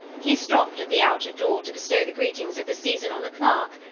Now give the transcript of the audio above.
he stopped at the outer door to bestow the greetings of the season on the clerk,